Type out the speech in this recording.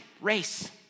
Race